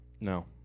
No